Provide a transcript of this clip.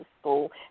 school